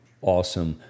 Awesome